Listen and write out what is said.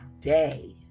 day